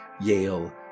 Yale